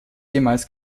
jemals